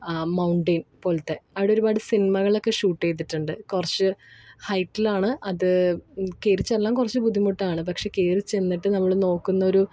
ആ മൗണ്ടെയ്ൻ പോലത്തെ അവിടെ ഒരുപാട് സിനിമകളൊക്കെ ഷൂട്ടെയ്തിട്ടുണ്ട് കുറച്ച് ഹൈറ്റിലാണ് അത് കയറിച്ചെല്ലാൻ കുറച്ച് ബുദ്ധിമുട്ടാണ് പക്ഷെ കയറിച്ചെന്നിട്ട് നമ്മള് നോക്കുന്ന ഒരു